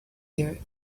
there